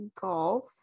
golf